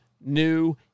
new